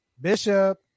Bishop